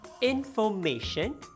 Information